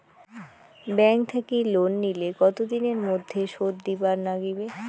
Bank থাকি loan নিলে কতো দিনের মধ্যে শোধ দিবার নাগিবে?